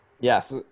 yes